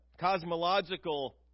cosmological